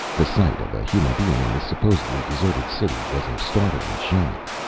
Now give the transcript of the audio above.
the sight of a human being in this supposedly deserted city was a startling shock.